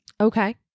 Okay